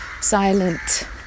silent